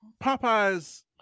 Popeyes